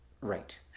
Right